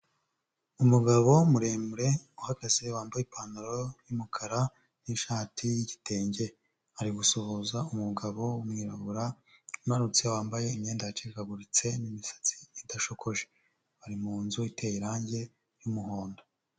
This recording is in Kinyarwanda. Umugabo muremure uhagaze wambaye ipantaro y'umukara n'ishati y'igitenge, ari gusuhuza umugabo w'umwirabura unanutse wambaye imyenda yacikaguritse n'imisatsi idashokoje, bari mu nzu iteye irangi ry'umuhondo.